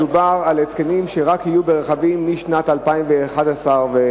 מדובר על התקנים שיהיו רק ברכבים משנת 2011 ואילך,